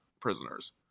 prisoners